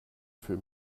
für